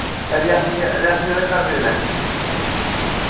रियासी रियासी दा कटरे लेनी